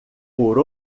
por